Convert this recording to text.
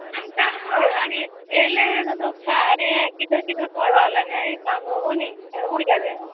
काम कहाँ होइ हय अभी एलैहँ तऽ दो ठाढ़े हय किधर किधर कऽ रहल हन ई काम होयबो नहि करबो नहि करै हय